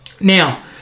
Now